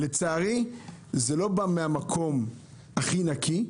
לצערי זה לא בא מן המקום הכי נקי.